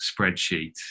spreadsheet